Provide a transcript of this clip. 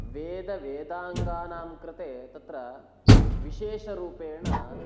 वेदवेदाङ्गानां कृते तत्र विशेषरूपेण